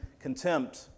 contempt